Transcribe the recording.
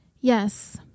Yes